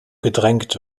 gedrängt